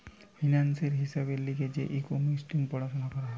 ফিন্যান্সের হিসাবের লিগে যে ইকোনোমিক্স পড়াশুনা করা হয়